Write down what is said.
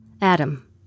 Adam